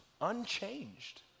unchanged